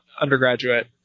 undergraduate